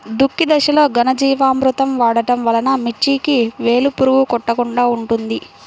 దుక్కి దశలో ఘనజీవామృతం వాడటం వలన మిర్చికి వేలు పురుగు కొట్టకుండా ఉంటుంది?